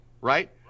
right